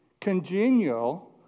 congenial